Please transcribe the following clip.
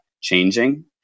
changing